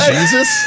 Jesus